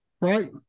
Right